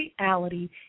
reality